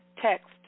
text